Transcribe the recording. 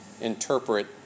interpret